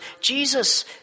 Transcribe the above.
Jesus